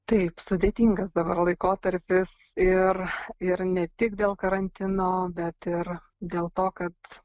taip sudėtingas dabar laikotarpis ir ir ne tik dėl karantino bet ir dėl to kad